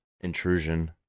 intrusion